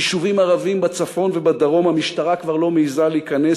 ביישובים ערביים בצפון ובדרום המשטרה כבר לא מעזה להיכנס,